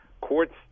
courts